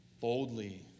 boldly